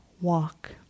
walk